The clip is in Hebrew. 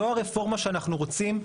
זו הרפורמה שאנחנו רוצים?